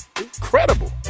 incredible